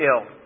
ill